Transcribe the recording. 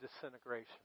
disintegration